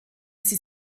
sie